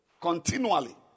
Continually